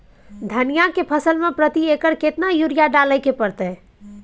धनिया के फसल मे प्रति एकर केतना यूरिया डालय के परतय?